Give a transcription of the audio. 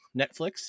Netflix